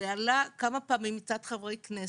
זה עלה כמה פעמים מצד חברי כנסת.